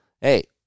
hey